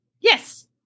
Yes